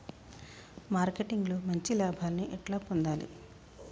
Marketing లో మంచి లాభాల్ని ఎట్లా పొందాలి?